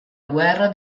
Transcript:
guerra